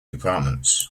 departments